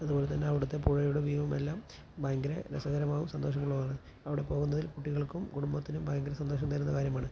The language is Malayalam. അതുപോലെ തന്നെ അവിടുത്തെ പുഴയുടെ വ്യൂവും എല്ലാം ഭയങ്കര രസകരവും സന്തോഷമുള്ളതുമാണ് അവിടെ പോകുന്നതിൽ കുട്ടികൾക്കും കുടുംബത്തിനും ഭയങ്കര സന്തോഷം തരുന്ന കാര്യമാണ്